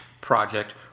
project